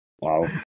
Wow